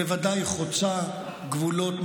בוודאי חוצה גבולות,